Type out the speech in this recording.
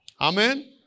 Amen